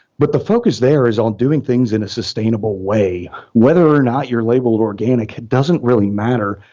but the focus there is on doing things in a sustainable way whether or not your label and organic doesn't really matter,